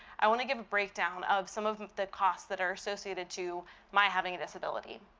i want to give a breakdown of some of the costs that are associated to my having a disability.